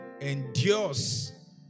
endures